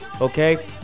okay